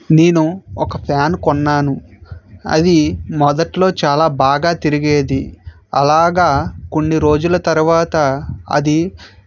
నేను ఒక ఫ్యాన్ కొన్నాను అది మొదట్లో చాలా బాగా తిరిగేది అలాగా కొన్ని రోజుల తర్వాత అది